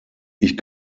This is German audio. ich